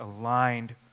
aligned